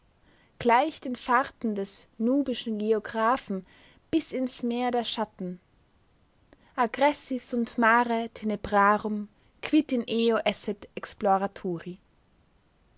gleich den fahrten des nubischen geographen bis ins meer der schatten aggressi sunt mare tenebrarum quid in